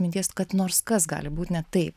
minties kad nors kas gali būt ne taip